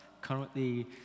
currently